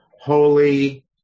holy